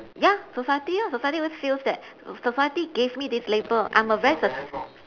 ya society lah society always feels that society gave me this label I'm a very sus~